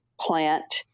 plant